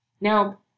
Now